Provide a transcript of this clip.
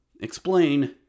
explain